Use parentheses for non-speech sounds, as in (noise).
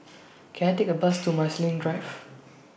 (noise) Can I Take A Bus to Marsiling Drive